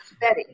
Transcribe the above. Betty